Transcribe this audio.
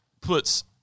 puts